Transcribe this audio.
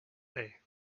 there